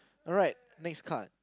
alright next card